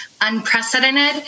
unprecedented